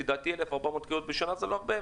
לדעתי 1,400 קריאות בשנה זה לא הרבה,